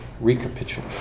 recapitulation